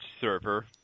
server